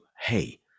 hey